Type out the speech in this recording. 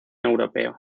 europeo